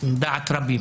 לחלוטין.